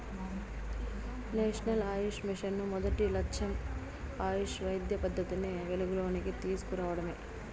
national Ayush mission మొదటి లచ్చెం ఆయుష్ వైద్య పద్దతిని వెలుగులోనికి తీస్కు రావడమే